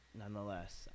nonetheless